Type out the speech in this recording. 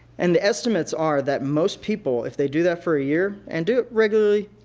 and the estimates are that most people, if they do that for a year, and do it regularly,